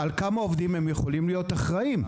על כמה עובדים הם יכולים להיות אחראים.